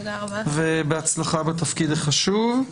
בהצלחה בתפקיד החשוב.